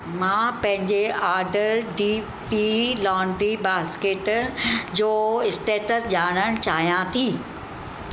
मां पंहिंजे आडर डी पी लॉडी बास्केट जो इस्टेटस ॼाणणु चाहियां थी